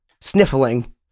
sniffling